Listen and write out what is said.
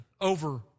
over